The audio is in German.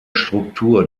struktur